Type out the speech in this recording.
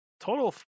total